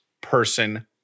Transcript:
person